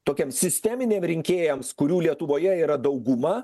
tokiam sisteminiam rinkėjams kurių lietuvoje yra dauguma